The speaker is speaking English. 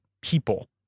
people